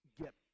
get